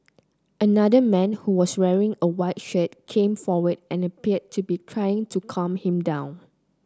another man who was wearing a white shirt came forward and appeared to be trying to calm him down